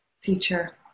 teacher